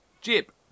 jib